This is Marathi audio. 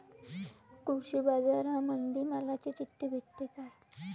कृषीबाजारामंदी मालाची चिट्ठी भेटते काय?